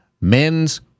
men's